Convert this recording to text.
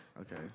Okay